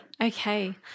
Okay